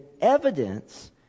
evidence